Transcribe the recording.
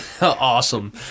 awesome